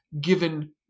given